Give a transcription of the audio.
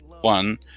one